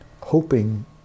hoping